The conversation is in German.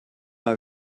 mal